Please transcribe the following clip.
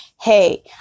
hey